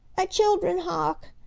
a children hawk!